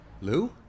Lou